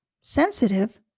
Sensitive